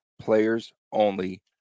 players-only